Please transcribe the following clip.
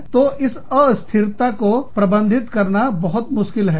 तो इस अस्थिरता को प्रबंधित करना बहुत मुश्किल है